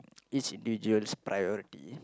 each individual's priority